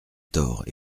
tort